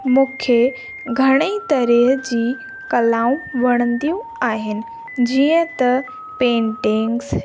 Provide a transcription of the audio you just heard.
मूंखे घणेई तरह जी कलाऊं वणंदियूं आहिनि जीअं त पेंटिंग्स